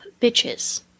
bitches